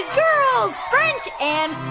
girls, french and